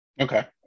Okay